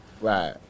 Right